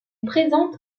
présente